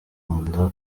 rwanda